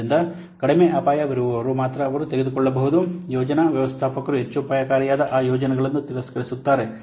ಆದ್ದರಿಂದ ಕಡಿಮೆ ಅಪಾಯವಿರುವವರು ಮಾತ್ರ ಅವರು ತೆಗೆದುಕೊಳ್ಳಬಹುದು ಯೋಜನಾ ವ್ಯವಸ್ಥಾಪಕರು ಹೆಚ್ಚು ಅಪಾಯಕಾರಿಯಾದ ಆ ಯೋಜನೆಗಳನ್ನು ತಿರಸ್ಕರಿಸುತ್ತಾರೆ